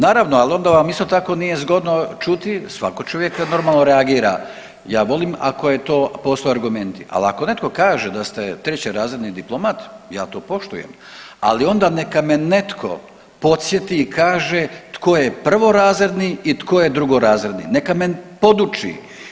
Naravno, al onda vam isto tako nije zgodno čuti, svako čuje kad normalno reagira, ja volim ako je to postoje argumenti, ali ako netko kaže da ste trećerazredni diplomat ja to poštujem, ali onda neka me netko podsjeti i kaže tko je prvorazredni i tko je drugorazredni, neka me poduči.